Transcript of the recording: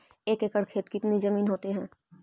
एक एकड़ खेत कितनी जमीन होते हैं?